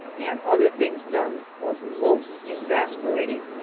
and other things done, was most exasperating.